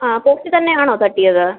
ആ പോസ്റ്റിൽ തന്നെ ആണോ തട്ടിയത്